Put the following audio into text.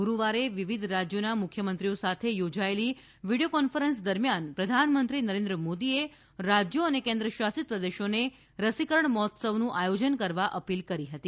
ગુરુવારે વિવિધ video conference રાજ્યોના મુખ્યમંત્રીઓ સાથે યોજાયેલી દરમિયાન પ્રધાનમંત્રી નરેન્દ્ર મોદીએ રાજ્યો અને કેન્દ્ર શાસિત પ્રદેશોને રસીકરણ મહોત્સવનું આયોજન કરવા અપીલ કરી હતી